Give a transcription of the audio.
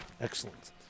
excellent